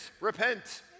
repent